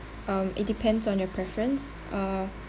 um it depends on your preference uh